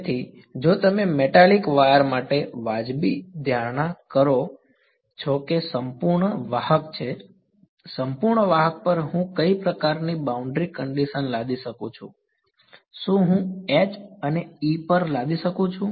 તેથી જો તમે મેટાલિક વાયર માટે વાજબી ધારણા કરો છો જે સંપૂર્ણ વાહક છે સંપૂર્ણ વાહક પર હું કઈ પ્રકારની બાઉન્ડ્રી કંડીશન લાદી શકું છું શું હું H અથવા E પર લાદી શકું